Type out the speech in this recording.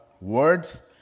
words